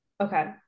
okay